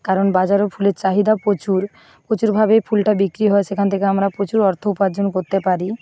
কারণ বাজারেও ফুলের চাহিদা প্রচুর প্রচুরভাবেই ফুলটা বিক্রি হয় সেখান থেকে আমরা প্রচুর অর্থ উপার্জন করতে পারি